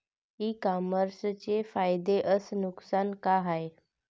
इ कामर्सचे फायदे अस नुकसान का हाये